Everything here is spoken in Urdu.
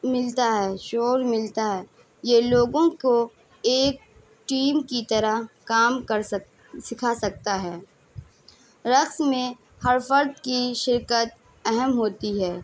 ملتا ہے شور ملتا ہے یہ لوگوں کو ایک ٹیم کی طرح کام کر سک سکھا سکتا ہے رقص میں ہر فرد کی شرکت اہم ہوتی ہے